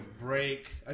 break